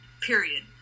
period